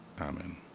amen